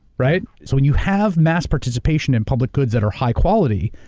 right? so when you have mass participation in public goods that are high quality,